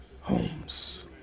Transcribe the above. homes